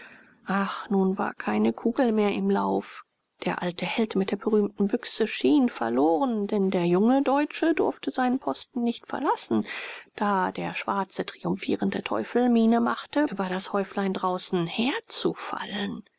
ach nun war keine kugel mehr im lauf der alte held mit der berühmten büchse schien verloren denn der junge deutsche durfte seinen posten nicht verlassen da der schwarze triumphierende teufel miene machte über das häuflein draußen